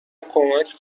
کمک